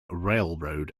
railroad